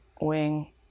wing